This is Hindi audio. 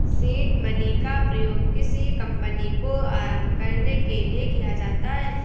सीड मनी का प्रयोग किसी कंपनी को आरंभ करने के लिए किया जाता है